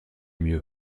mieux